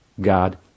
God